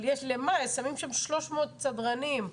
שמים שם 300 סדרנים,